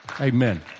Amen